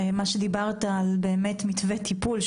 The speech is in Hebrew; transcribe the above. דיברת על מתווה טיפול,